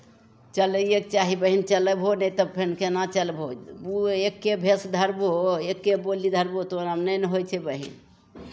चलैएके चाही बहीन चलबहौ नहि तऽ फेन केना चलबहौ ओ एक्के भेष धरबौ एक्के बोली धरबौ तोरा नहि ने होइ छै बहीन